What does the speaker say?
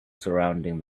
surrounding